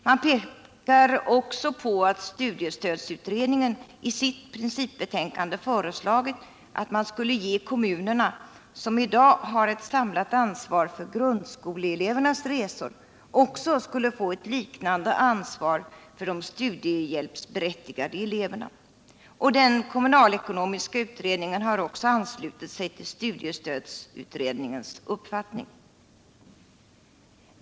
Man pekar också på att studiestödsutredningen i sitt principbetänkande föreslagit att man skulle ge kommunerna, som i dag har ett samlat ansvar för grundskoleelevernas resor, ett liknande ansvar för de studiehjälpsberättigade eleverna. Den kommunalekonomiska utredningen har också anslutit sig till studiestödsutredningens uppfattning.